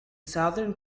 southern